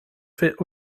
fait